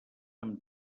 amb